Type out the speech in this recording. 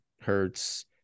Hertz